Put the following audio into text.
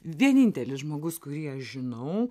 vienintelis žmogus kurį aš žinau